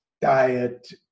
diet